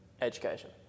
education